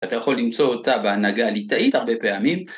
אתה יכול למצוא אותה בהנהגה הליטאית הרבה פעמים.